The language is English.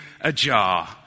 ajar